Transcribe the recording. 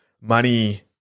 money